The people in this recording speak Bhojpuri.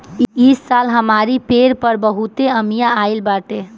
इस साल हमरी पेड़ पर बहुते अमिया आइल बाटे